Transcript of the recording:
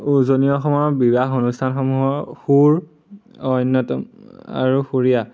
উজনি সময়ৰ বিবাহ অনুষ্ঠানসমূহৰ সুৰ অন্যতম আৰু সুৰীয়া